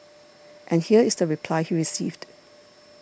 and here is the reply he received